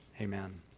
amen